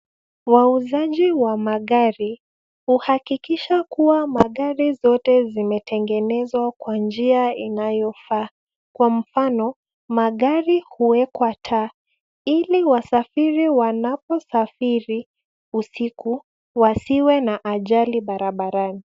Wauzaji wa magari huhakikisha kuwa magari zote zimetengenezwa kwa njia inayofaa. Kwa mfano magari huwekwa taa ili wasafiri wanaposafiri usiku wasiwe na ajali barabarani.